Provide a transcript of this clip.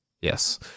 Yes